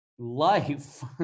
Life